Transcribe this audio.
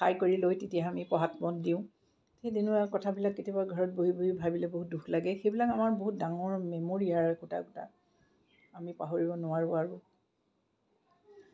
খাই কৰি লৈ তেতিয়া আমি পঢ়াত মন দিওঁ সেই তেনেকুৱা কথাবিলাক কেতিয়াবা ঘৰত বহি বহি ভাবিলে বহুত দুখ লাগে সেইবিলাক আমাৰ বহুত ডাঙৰ মেমৰী আৰু একোটা একোটা আমি পাহৰিব নোৱাৰোঁ আৰু